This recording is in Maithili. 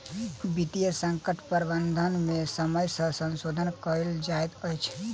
वित्तीय संकट प्रबंधन में समय सॅ संशोधन कयल जाइत अछि